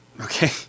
Okay